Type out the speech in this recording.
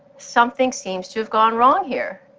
something seems to have gone wrong here.